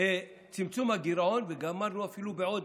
צמצום הגירעון, וגמרנו אפילו בעודף.